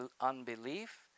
unbelief